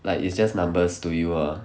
like it's just numbers to you ah